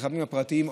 הרכבים הפרטיים,